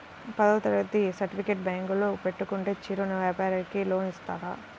పదవ తరగతి సర్టిఫికేట్ బ్యాంకులో పెట్టుకుంటే చిరు వ్యాపారంకి లోన్ ఇస్తారా?